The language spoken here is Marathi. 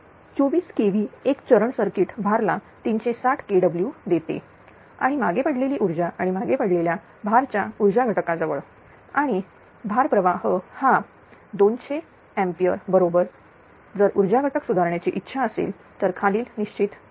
24kV एक चरण सर्किट भारला 360 kW देते आणि मागे पडलेली ऊर्जा आणि मागे पडलेल्या भारच्या ऊर्जा घटका जवळ आणि भारत प्रवाह हा 200 एंपियर बरोबर जर ऊर्जा घटक सुधारण्याची इच्छा असेल खालील निश्चित करा